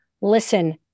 listen